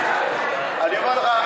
אני אומר לך,